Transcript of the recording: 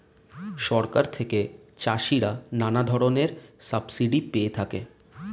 সরকার থেকে চাষিরা নানা ধরনের সাবসিডি পেয়ে থাকে